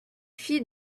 fit